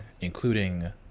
including